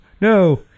no